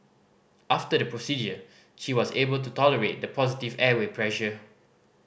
after the procedure she was able to tolerate the positive airway pressure